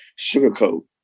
sugarcoat